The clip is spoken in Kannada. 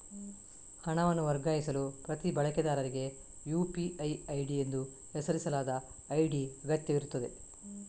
ಹಣವನ್ನು ವರ್ಗಾಯಿಸಲು ಪ್ರತಿ ಬಳಕೆದಾರರಿಗೆ ಯು.ಪಿ.ಐ ಐಡಿ ಎಂದು ಹೆಸರಿಸಲಾದ ಐಡಿ ಅಗತ್ಯವಿರುತ್ತದೆ